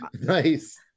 nice